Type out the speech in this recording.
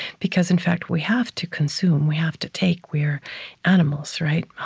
because, in fact, we have to consume. we have to take. we are animals, right?